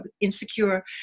insecure